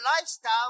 lifestyle